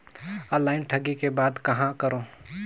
Online ठगी के बाद कहां करों?